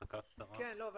סליחה שאני לא זוכרת את שמו.